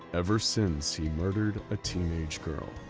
ever since he murdered a teenage girl,